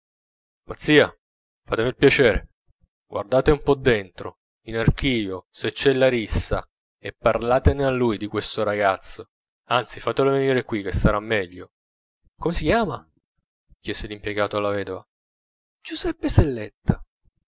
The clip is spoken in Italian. selletta mazzia fatemi il piacere guardate un po dentro in archivio se c'è larissa e parlatene a lui di questo ragazzo anzi fatelo venire qui che sarà meglio come si chiama chiese l'impiegato alla vedova giuseppe selletta